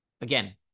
Again